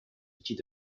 outils